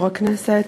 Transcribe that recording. יושב-ראש הכנסת,